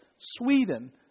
Sweden